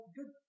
Good